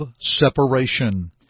separation